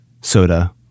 soda